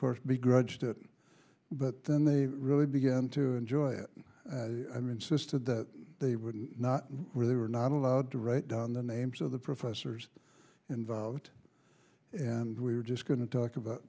course begrudged it but then they really began to enjoy it i mean sister that they wouldn't not where they were not allowed to write down the names of the professors involved and we were just going to talk about